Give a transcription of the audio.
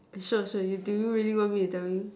sir sir you do you really want me to tell you